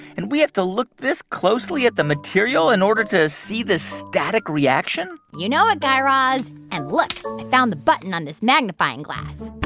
and we have to look this closely at the material in order to see this static reaction? you know it, guy raz. and look. i found the button on this magnifying glass